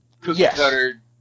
cookie-cutter